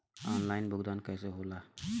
Online भुगतान कैसे होए ला?